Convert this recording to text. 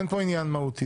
הכסף אין פה עניין מהותי,